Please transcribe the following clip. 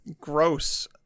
gross